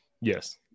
Yes